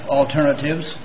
alternatives